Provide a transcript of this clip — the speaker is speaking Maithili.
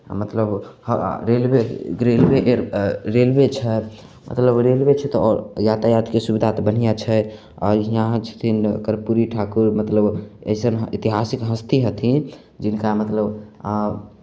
मतलब ह रेलवे रेलवे ग्रेलवे रेलवे छै मतलब रेलवे छै तऽ आओर यातायातके सुविधा तऽ बढ़िआँ छै आओर यहाँ छथिन कर्पूरी ठाकुर मतलब अइसन ऐतिहासिक हस्ती हथिन जिनका मतलब